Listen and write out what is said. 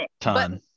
ton